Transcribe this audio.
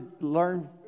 learn